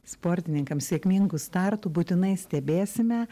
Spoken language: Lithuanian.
sportininkams sėkmingų startų būtinai stebėsime